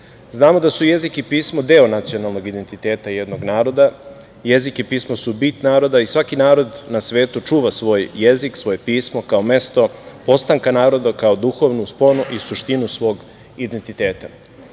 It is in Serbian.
pisma. Znamo da su jezik i pismo deo nacionalnog identiteta jednog naroda. Jezik i pismo su bit naroda i svaki narod na svetu čuva svoj jezik, svoje pismo kao mesto postanka naroda, kao duhovnu sponu i suštinu svog identiteta.